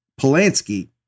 Polanski